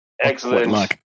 excellent